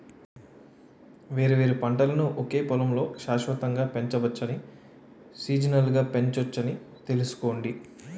వేర్వేరు పంటలను ఒకే పొలంలో శాశ్వతంగా పెంచవచ్చని, సీజనల్గా పెంచొచ్చని తెలుసుకోండి